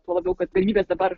tuo labiau kad galimybės dabar